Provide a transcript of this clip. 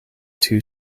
two